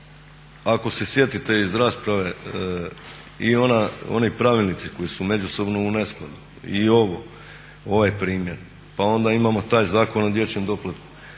ako se sjetite iz rasprave i oni pravilnici koji su međusobno u neskladu, i ovaj primjer, pa onda imamo taj Zakon o dječjem doplatku